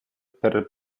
per